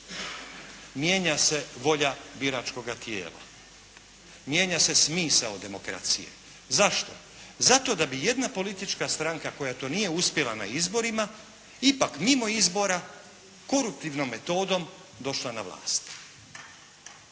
mijenja se volja biračkoga tijela, mijenja se smisao demokracije. Zašto? Zato da bi jedna politička stranka koja to nije uspjela na izborima ipak mimo izbora koruptivnom metodom došla na vlast.